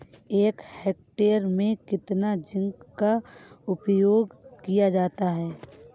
एक हेक्टेयर में कितना जिंक का उपयोग किया जाता है?